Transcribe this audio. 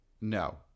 No